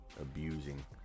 abusing